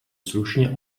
slušně